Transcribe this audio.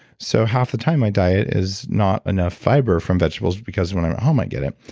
so, half the time my diet is not enough fiber from vegetables because when i'm home i get it.